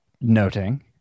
noting